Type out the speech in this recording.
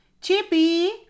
Chippy